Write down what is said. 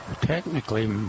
technically